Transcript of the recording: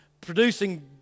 producing